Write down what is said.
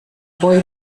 boy